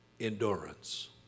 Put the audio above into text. endurance